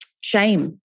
shame